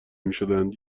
میشدند